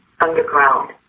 underground